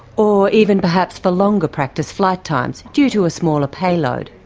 or even perhaps for longer practice flight times due to a smaller payload.